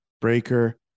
Breaker